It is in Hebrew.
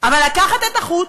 אבל לקחת את החוט,